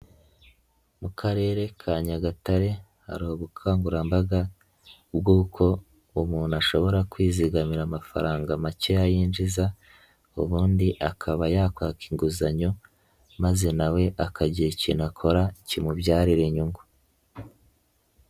Mu karere ka Nyagatare hari ubukangurambaga, bw'uko umuntu ashobora kwizigamira amafaranga makeya yayinjiza, ubundi akaba yakwaka inguzanyo maze na we akagira ikintu akora, kimubyarira inyungu.